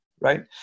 right